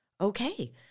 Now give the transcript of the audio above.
Okay